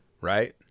right